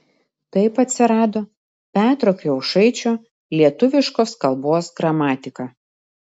taip atsirado petro kriaušaičio lietuviškos kalbos gramatika